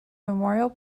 memorial